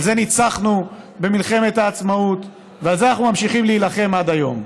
על זה ניצחנו במלחמת העצמאות ועל זה אנחנו ממשיכים להילחם עד היום.